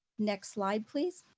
next slide, please.